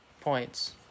points